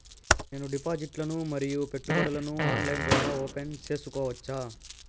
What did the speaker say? నేను డిపాజిట్లు ను మరియు పెట్టుబడులను ఆన్లైన్ ద్వారా ఓపెన్ సేసుకోవచ్చా?